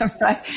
right